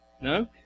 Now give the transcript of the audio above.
No